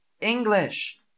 English